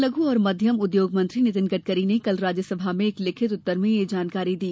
सुक्ष्म लघ् और मध्यम उद्योग मंत्री नितिन गडकरी ने कल राज्य सभा में एक लिखित उत्तर में यह जानकारी दी